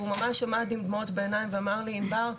והוא ממש עמד עם דמעות בעיניים ואמר לי ענבר,